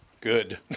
Good